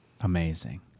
amazing